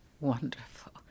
Wonderful